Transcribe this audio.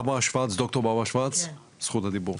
דוקטור ברברה שוורץ, זכות הדיבור.